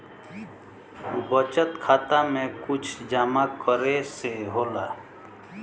बचत खाता मे कुछ जमा करे से होला?